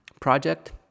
project